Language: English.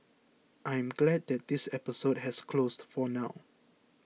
I am glad that this episode has closed for now